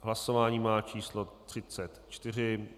Hlasování má číslo 34.